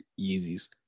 Yeezys